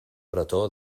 bretó